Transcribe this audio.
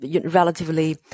relatively